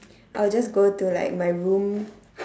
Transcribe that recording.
I'll just go to like my room